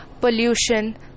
pollution